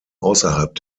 außerhalb